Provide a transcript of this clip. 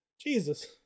jesus